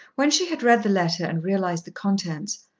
when she had read the letter and realized the contents,